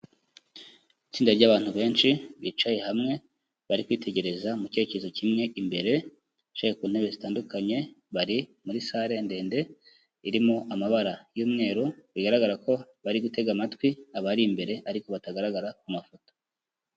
Itsinda ry'abantu benshi bicaye hamwe bari kwitegereza mu cyerekezo kimwe imbere, bicaye ku ntebe zitandukanye bari muri sale ndende irimo amabara y'umweru bigaragara ko bari gutega amatwi abari imbere ariko batagaragara ku mafoto.